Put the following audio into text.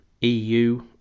EU